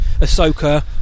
Ahsoka